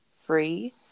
free